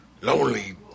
lonely